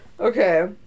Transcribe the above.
Okay